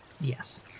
yes